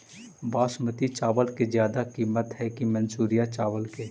बासमती चावल के ज्यादा किमत है कि मनसुरिया चावल के?